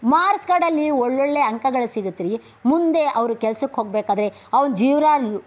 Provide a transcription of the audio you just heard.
marks ಕಾರ್ಡ್ನಲ್ಲಿ ಒಳ್ಳೊಳ್ಳೆ ಅಂಕಗಳು ಸಿಗತ್ರಿ ಮುಂದೆ ಅವರೂ ಕೆಲ್ಸಕ್ಕೆ ಹೋಗಬೇಕಾದ್ರೆ ಅವ್ರು ಜೀವ್ನಾ ರೂ